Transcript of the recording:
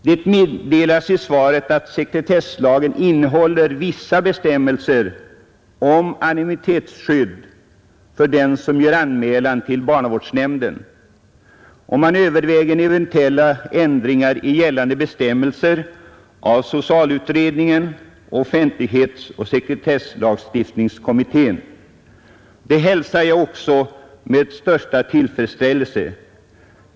Det meddelas i svaret att sekretesslagen innehåller vissa bestämmelser om anonymitetsskydd för dem som gör anmälan till barnavårdsnämnden, och man överväger nu eventuella ändringar i gällande bestämmelser inom socialutredningen och offentlighetsoch sekretesslagstiftningskommittén. Det hälsar jag också med största tillfredsställelse.